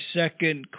second